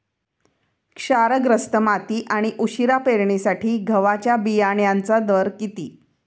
क्षारग्रस्त माती आणि उशिरा पेरणीसाठी गव्हाच्या बियाण्यांचा दर किती?